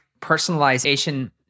personalization